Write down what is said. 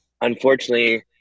unfortunately